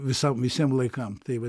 visam visiems laikam tai vat